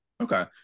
okay